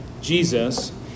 Jesus